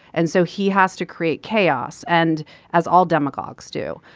and so he has to create chaos and as all demagogues do.